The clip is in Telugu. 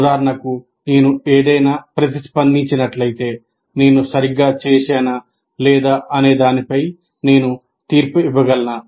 ఉదాహరణకు నేను ఏదైనా ప్రతిస్పందించినట్లయితే నేను సరిగ్గా చేశానా లేదా అనే దానిపై నేను తీర్పు ఇవ్వగలనా